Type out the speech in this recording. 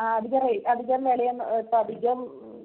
ray അധിക അധികം വിലയൊന്നും ഇപ്പോൾ അധികം